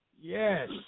Yes